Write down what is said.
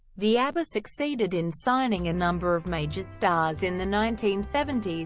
the aba succeeded in signing a number of major stars in the nineteen seventy s,